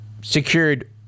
secured